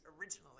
originally